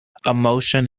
emotion